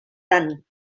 tant